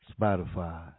Spotify